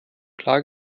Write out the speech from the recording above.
klar